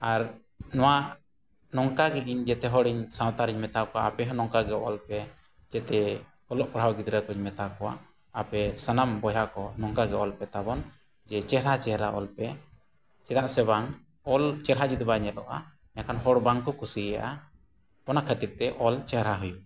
ᱟᱨ ᱱᱚᱣᱟ ᱱᱚᱝᱠᱟ ᱛᱮᱜᱮᱧ ᱡᱮᱛᱮ ᱦᱚᱲᱤᱧ ᱥᱟᱶᱛᱟ ᱨᱮᱱᱤᱧ ᱢᱮᱛᱟ ᱠᱚᱣᱟ ᱟᱯᱮᱦᱚᱸ ᱱᱚᱝᱠᱟ ᱚᱞ ᱯᱮ ᱡᱚᱛᱚ ᱚᱞᱚᱜ ᱯᱟᱲᱦᱟᱣ ᱜᱤᱫᱽᱨᱟᱹᱠᱚᱧ ᱢᱮᱛᱟ ᱠᱚᱣᱟ ᱟᱯᱮ ᱥᱟᱱᱟᱢ ᱵᱚᱭᱦᱟ ᱠᱚ ᱱᱚᱝᱠᱟᱜᱮ ᱚᱞ ᱯᱮ ᱛᱟᱵᱚᱱ ᱡᱮ ᱪᱮᱦᱨᱟᱼᱪᱮᱦᱨᱟ ᱚᱞ ᱯᱮ ᱪᱮᱫᱟᱜ ᱥᱮ ᱵᱟᱝ ᱚᱞ ᱪᱮᱦᱨᱟ ᱡᱩᱫᱤ ᱵᱟᱭ ᱧᱮᱞᱚᱜᱼᱟ ᱮᱱᱠᱷᱟᱱ ᱦᱚᱲ ᱵᱟᱝᱠᱚ ᱠᱩᱥᱤᱭᱟᱜᱼᱟ ᱚᱱᱟ ᱠᱷᱟᱹᱛᱤᱨᱛᱮ ᱚᱞ ᱪᱮᱦᱨᱟ ᱦᱩᱭᱩᱜᱼᱟ